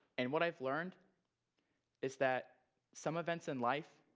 and what i've learned is that some events in life